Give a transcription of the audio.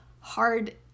hard